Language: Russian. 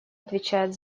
отвечает